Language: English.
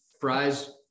fries